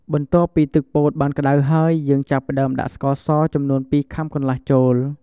បន្ទាប់ពីទឹកពោតបានក្ដៅហើយ យើងចាប់ផ្ដើមដាក់ស្ករស ចំនួន២ខាំកន្លះចូល។